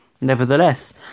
Nevertheless